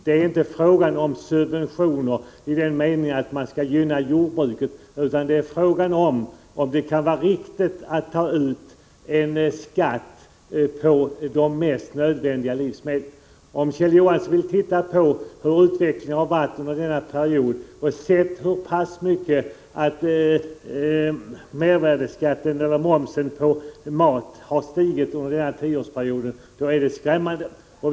Det handlar inte om subventioner i den meningen att man skall gynna jordbruket, utan frågan är om det kan vara riktigt att ta ut en skatt på de mest nödvändiga livsmedlen. Om Kjell Johansson studerar hur mycket momsen på mat har stigit under en tioårsperiod finner han en skrämmande utveckling.